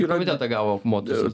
komitetą gavo motuzas